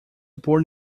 born